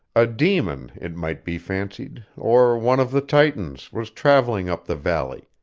a demon, it might be fancied, or one of the titans, was travelling up the valley,